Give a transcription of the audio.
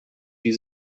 die